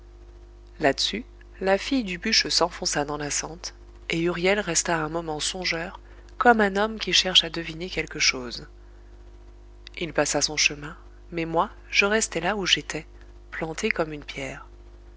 là-dessus la fille du bûcheux s'enfonça dans la sente et huriel resta un moment songeur comme un homme qui cherche à deviner quelque chose il passa son chemin mais moi je restai là où j'étais planté comme une pierre